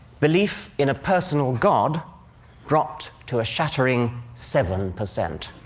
belief in a personal god dropped to a shattering seven percent.